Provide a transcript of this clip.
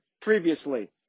previously